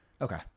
Okay